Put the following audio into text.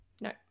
no